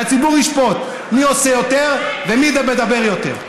והציבור ישפוט מי עושה יותר ומי מדבר יותר.